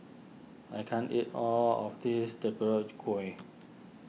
I can't eat all of this Gui